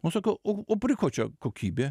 o aš sakau o o prie ko čia kokybė